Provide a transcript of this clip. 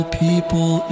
people